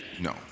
No